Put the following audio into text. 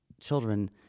children